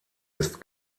ist